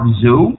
Zoo